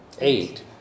eight